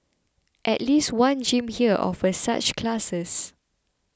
at least one gym here offers such classes